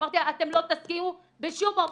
אמרתי לה, אתם לא תסכימו בשום אופן.